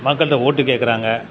மக்கள்கிட்ட ஓட்டு கேட்குறாங்க